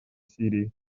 сирии